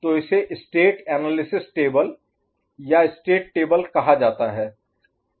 तो इसे state analysis table या स्टेट टेबल कहा जाता है